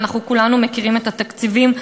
ואנחנו כולנו מכירים את התקציבים,